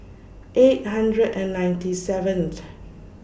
eight hundred and ninety seventh